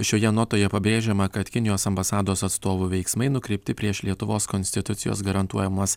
šioje notoje pabrėžiama kad kinijos ambasados atstovų veiksmai nukreipti prieš lietuvos konstitucijos garantuojamas